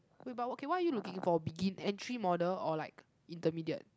wait but okay what are you looking for begin~ entry model or like intermediate